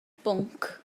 bwnc